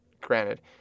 Granted